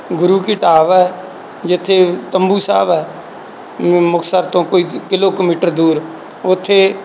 ਗੁਰੂ ਕੀ ਢਾਵ ਹੈ ਜਿੱਥੇ ਤੰਬੂ ਸਾਹਿਬ ਹੈ ਮੁਕਤਸਰ ਤੋਂ ਕੋਈ ਕਿਲੋ ਕੁ ਮੀਟਰ ਦੂਰ ਉੱਥੇ